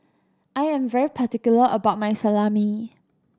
I am very particular about my Salami